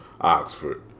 Oxford